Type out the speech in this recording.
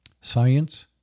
Science